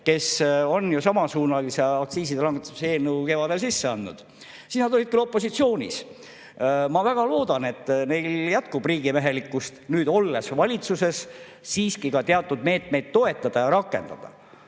kes on ju samasuunalise aktsiiside langetamise eelnõu kevadel sisse andnud, siis nad olid küll opositsioonis. Ma väga loodan, et neil jätkub riigimehelikkust nüüd, olles valitsuses, siiski ka teatud meetmeid toetada ja rakendada.